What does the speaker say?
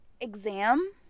exam